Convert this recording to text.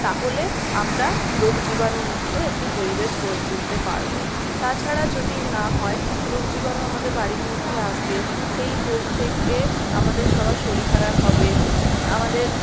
তাহলে আমরা রোগজীবাণুমুক্ত একটি পরিবেশ গড়ে তুলতে পারব তাছাড়া যদি না হয় রোগজীবাণু আমাদের বাড়ির মধ্যে আসবে সেই রোগ থেকে আমাদের সবার শরীর খারাপ হবে আমাদের